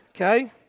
okay